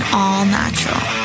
all-natural